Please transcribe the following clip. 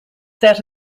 set